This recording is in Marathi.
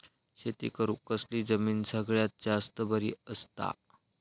शेती करुक कसली जमीन सगळ्यात जास्त बरी असता?